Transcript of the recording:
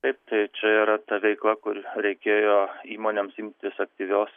taip tai čia yra ta veikla kur reikėjo įmonėms imtis aktyvios